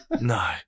No